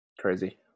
Crazy